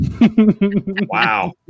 Wow